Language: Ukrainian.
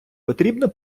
потрібно